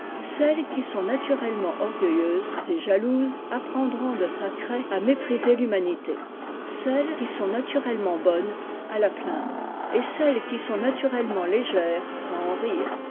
celles qui sont naturellement orgueillieuses et jalouses apprendront de thackeray à l'humanité celles qui sont naturellement bonnes à la plaindre et celles qui s turellement légères à en rire